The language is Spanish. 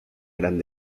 gran